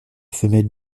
femelle